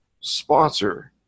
sponsor